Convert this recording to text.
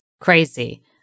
crazy